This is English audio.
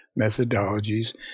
methodologies